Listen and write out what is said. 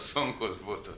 sunkus būtų